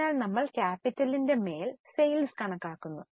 അതിനാൽ ഞങ്ങൾ ക്യാപിറ്റലിന്റെ മേൽ സെയിൽസ് കണക്കാക്കുന്നു